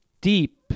deep